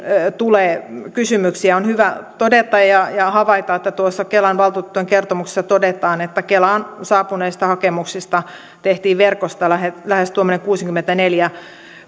tulee kysymyksiä on hyvä havaita että tuossa kelan valtuutettujen kertomuksessa todetaan että kelaan saapuneista hakemuksista tehtiin verkossa lähes lähes tuommoinen kuusikymmentäneljä